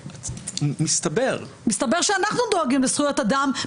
מסתבר שאנחנו דואגים לזכויות אדם.